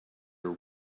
her